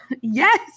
Yes